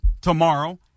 tomorrow